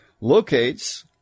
locates